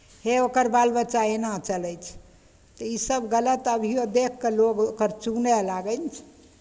हे ओकर बाल बच्चा एना चलै छै तऽ इसभ गलत अभियो देखि कऽ लोक ओकर चुनय लागै ने छै